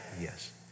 Yes